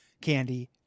candy